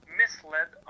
misled